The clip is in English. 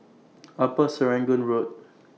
Upper Serangoon Road